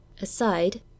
Aside